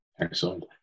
Excellent